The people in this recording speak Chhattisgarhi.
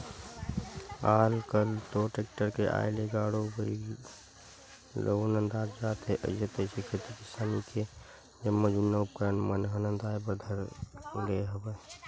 आल कल तो टेक्टर के आय ले गाड़ो बइलवो नंदात जात हे अइसे तइसे खेती किसानी के जम्मो जुन्ना उपकरन मन ह नंदाए बर धर ले हवय